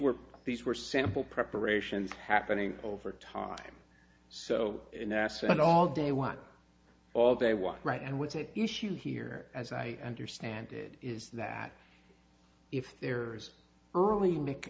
were these were sample preparations happening over time so in that sense all day one all day was right and what's at issue here as i understand it is that if there's early make